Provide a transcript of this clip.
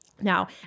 Now